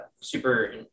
super